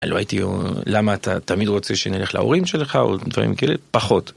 לא הייתי, למה אתה תמיד רוצה שנלך להורים שלך או דברים כאלה? פחות.